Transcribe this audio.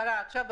מגע.